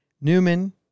Newman